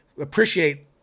appreciate